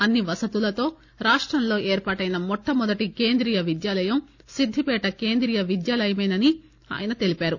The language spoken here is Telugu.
అన్సి వసతులతో రాష్టంలో ఏర్పాటైన మొట్టమొదటి కేంద్రీయ విద్యాలయం సిద్దిపేట కేంద్రీయ విద్యాలయమేనని ఆయన తెలిపారు